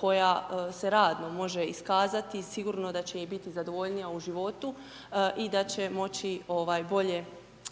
koja se radno može iskazati, sigurno da će i biti zadovoljnija u životu i da će moći, ovaj